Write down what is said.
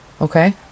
Okay